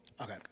Okay